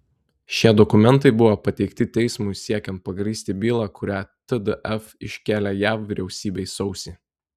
šie dokumentai buvo pateikti teismui siekiant pagrįsti bylą kurią tdf iškėlė jav vyriausybei sausį